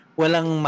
walang